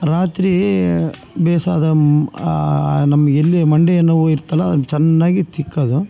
ರಾತ್ರಿ ಬೇಸಾದ ನಮಗೆಲ್ಲಿ ಮಂಡಿನೋವು ಇರ್ತದೆ ಅಲ್ಲಿ ಚೆನ್ನಾಗಿ ತಿಕ್ಕದು